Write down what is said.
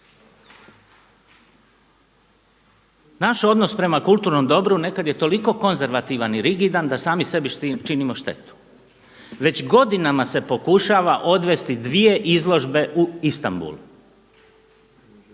Naš odnos prema kulturnom dobru nekad je toliko konzervativan i rigidan da sami sebi činimo štetu. Već godinama se pokušava odvesti dvije izložbe u Istambul.